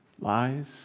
lies